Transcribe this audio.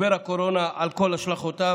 משבר הקורונה על כל השלכותיו,